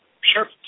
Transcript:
Sure